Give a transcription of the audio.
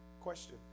Question